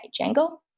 Django